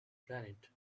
planet